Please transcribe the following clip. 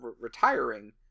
retiring